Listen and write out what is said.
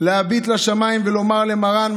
להביט לשמיים ולומר למרן,